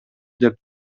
деп